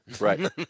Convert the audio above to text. Right